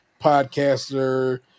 podcaster